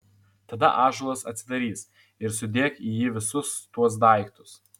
tada ąžuolas atsidarys ir sudėk į jį visus tuos daiktus